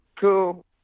cool